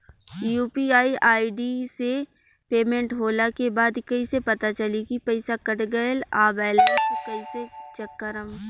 UPI ID से payment होला के बाद कइसे पता चली की पईसा कट गएल आ बैलेंस कइसे चेक करम?